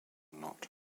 not